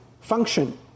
function